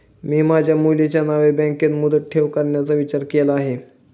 मी माझ्या मुलीच्या नावे बँकेत मुदत ठेव करण्याचा विचार केला आहे